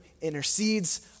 intercedes